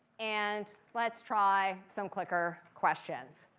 and let's try some clicker questions.